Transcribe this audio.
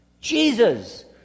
Jesus